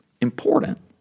important